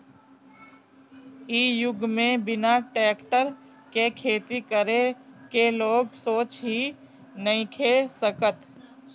इ युग में बिना टेक्टर के खेती करे के लोग सोच ही नइखे सकत